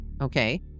okay